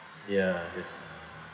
ya that's